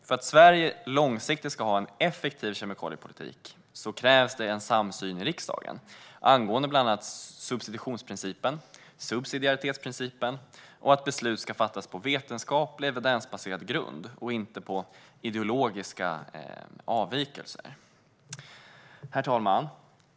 För att Sverige ska kunna ha en långsiktigt effektiv kemikaliepolitik krävs en samsyn i riksdagen angående bland annat substitutionsprincipen, subsidiaritetsprincipen och att beslut ska fattas på vetenskapligt evidensbaserad grund och inte på grund av ideologiska avvikelser. Herr talman!